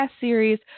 series